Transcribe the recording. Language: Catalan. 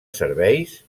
serveis